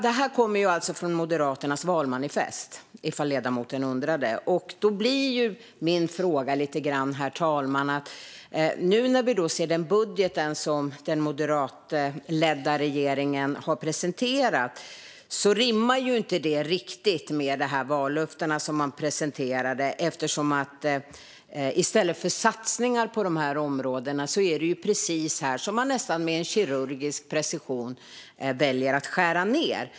Det kommer från Moderaternas valmanifest, ifall ledamoten undrade. Herr talman! Jag vill ställa en fråga. Nu ser vi den budget som den moderatledda regeringen har presenterat, och den rimmar inte riktigt med de vallöften man presenterade. I stället för satsningar på de områdena är det precis här som man med nästan kirurgisk precision väljer att skära ned.